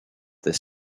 the